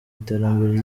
iterambere